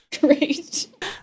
great